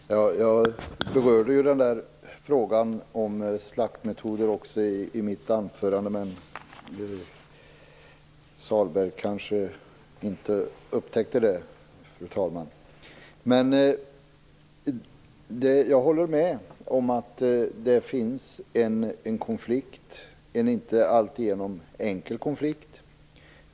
Fru talman! Jag berörde också frågan om slaktmetoder i mitt anförande, men Sahlberg kanske inte upptäckte det. Jag håller med om att det finns en konflikt, en inte alltigenom enkel konflikt.